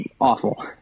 awful